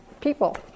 people